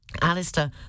Alistair